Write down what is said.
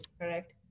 correct